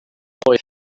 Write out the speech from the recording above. boy